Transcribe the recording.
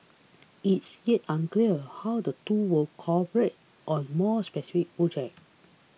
it's yet unclear how the two will cooperate on more specific projects